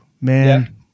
Man